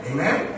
Amen